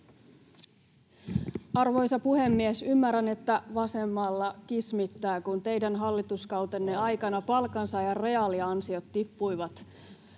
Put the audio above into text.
Arvoisa puhemies! Ymmärrän, että vasemmalla kismittää, kun teidän hallituskautenne aikana palkansaajan reaaliansiot tippuivat